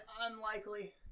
unlikely